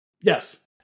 Yes